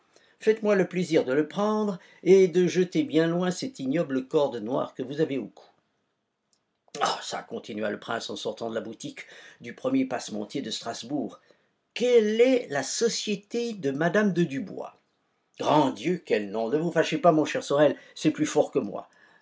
faites-moi le plaisir de le prendre et de jeter bien loin cette ignoble corde noire que vous avez au cou ah çà continua le prince en sortant de la boutique du premier passementier de strasbourg quelle est la société de mme de dubois grand dieu quel nom ne vous fâchez pas mon cher sorel c'est plus fort que moi